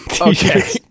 Okay